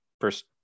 first